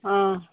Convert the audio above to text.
ꯑꯥ